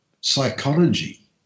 psychology